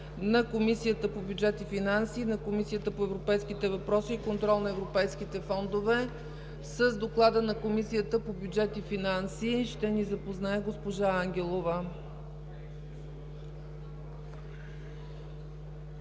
на Комисията по бюджет и финанси и на Комисията по европейските въпроси и контрол на европейските фондове. С доклада на Комисията по бюджет и финанси ще ни запознае госпожа Ангелова.